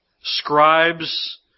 scribes